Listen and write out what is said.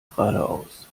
geradeaus